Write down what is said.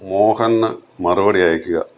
മോഹൻ മറുപടി അയക്ക്ക